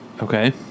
Okay